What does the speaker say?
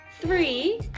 three